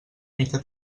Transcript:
mica